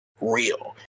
real